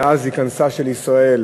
מאז הכניסה של ישראל